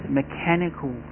mechanical